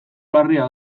larria